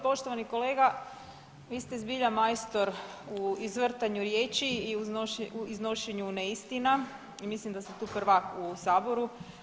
Poštovani kolega, vi ste zbilja majstor u izvrtanju riječi i u iznošenju neistina i mislim da ste tu prvak u saboru.